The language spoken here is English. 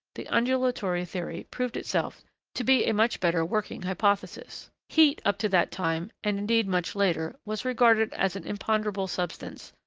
the undulatory theory proved itself to be a much better working hypothesis. heat, up to that time, and indeed much later, was regarded as an imponderable substance,